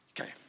Okay